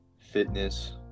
fitness